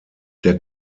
der